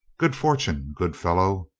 good fortune, good fellow!